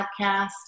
podcast